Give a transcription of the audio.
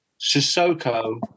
Sissoko